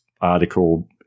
article